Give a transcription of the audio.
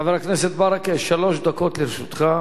חבר הכנסת ברכה, שלוש דקות לרשותך.